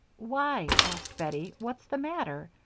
why, asked bettie, what's the matter?